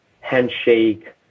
handshake